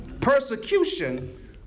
Persecution